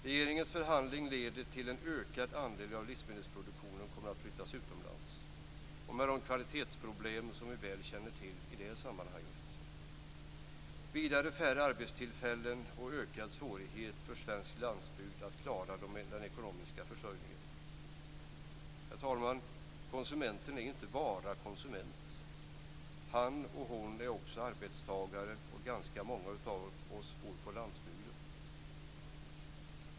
Regeringens förhandling leder till att en ökad andel av livsmedelsproduktionen flyttas utomlands med de kvalitetsproblem som vi väl känner till i det sammanhanget. Vidare leder det till färre arbetstillfällen och en ökad svårighet för svensk landsbygd att klara den ekonomiska försörjningen. Herr talman! Konsumenten är inte bara konsument, han eller hon är också arbetstagare, och ganska många av oss bor på landsbygden.